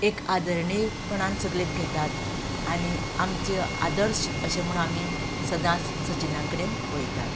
एक आदरणीयपणान सगळीं घेतात आनी आमचें आदर्श अशें म्हूण आमी सदांच सचीना कडेन पळयतात